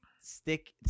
stick